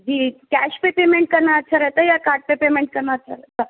جی cash پے payment کرنا اچھا رہتا ہے یا کاڈ پے پیمنٹ کرنا اچھا رہتا